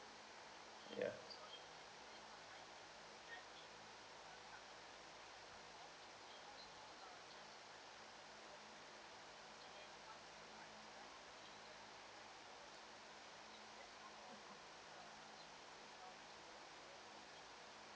ya